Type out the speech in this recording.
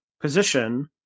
position